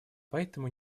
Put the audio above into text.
поэтому